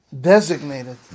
designated